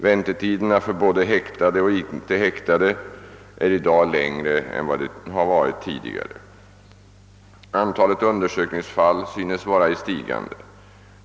Väntetiderna för både häktade och icke häktade är i dag längre än vad de har varit tidigare. Antalet undersökningsfall synes vara i stigande.